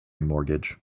mortgage